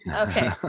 Okay